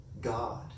God